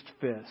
fist